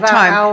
time